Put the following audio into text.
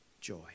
joy